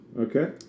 Okay